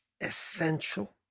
essential